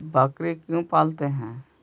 बकरी क्यों पालते है?